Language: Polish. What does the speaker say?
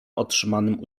otrzymanym